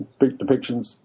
depictions